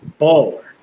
baller